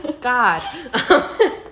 god